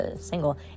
single